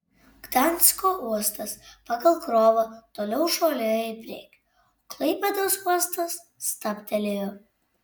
gdansko uostas pagal krovą toliau šuoliuoja į priekį o klaipėdos uostas stabtelėjo